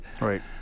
Right